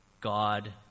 God